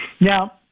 Now